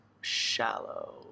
shallow